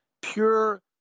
Pure